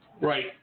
Right